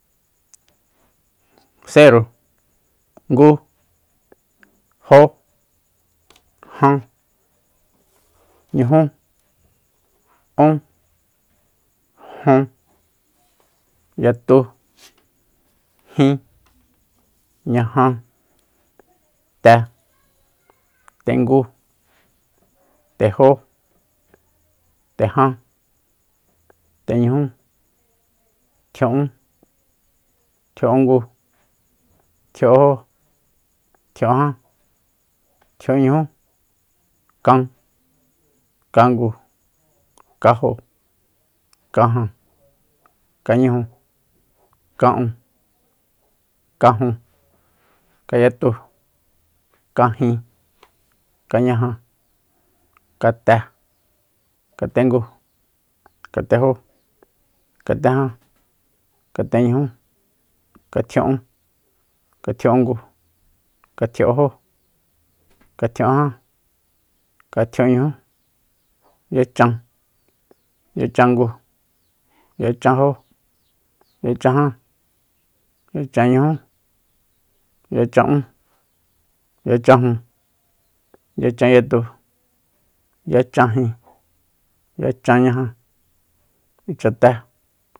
Ngu jo jan ñujú ún jun yatu jin ñaja te tengu tejó teján teñujú tjia'ún tjia'úngu tji'únjó tjia'unjan tjia'unñuju kan kangu kanjo kajan kañuju ka'un kajun kayatu kajin kañaja kate katengu katejó katejan kateñujú katjia'ún katjia'ungu katjia'unjó katjia'unjan katjia'unñujú yachan yachangu yachanjó yachajan yachañujú yacha'ún yachanjun yachanyatu yachanjin yachañaja ichaté